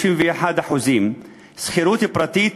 31%; שכירות פרטית,